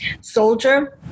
soldier